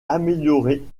améliorer